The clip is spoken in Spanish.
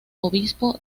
obispo